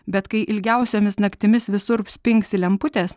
bet kai ilgiausiomis naktimis visurp spingsi lemputės